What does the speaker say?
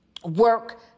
Work